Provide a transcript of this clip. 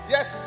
Yes